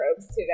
today